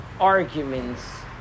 arguments